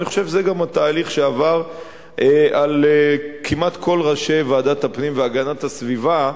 אני חושב שזה גם התהליך שעבר כמעט על כל ראשי ועדת הפנים והגנת הסביבה,